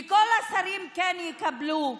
וכל השרים כן יקבלו,